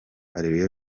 areruya